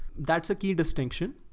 that's a key distinction.